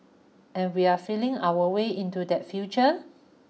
and we're feeling our way into that future